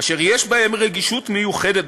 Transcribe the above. אשר יש בהם רגישות מיוחדת,